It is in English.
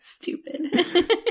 stupid